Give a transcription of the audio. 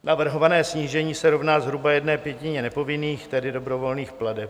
Navrhované snížení se rovná zhruba jedné pětině nepovinných, tedy dobrovolných plateb.